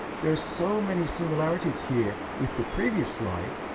there are so many similarities here with the previous slide,